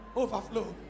overflow